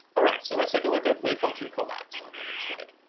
all right, so let's take a look at wave function collapse on the next slide.